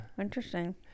Interesting